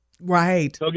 Right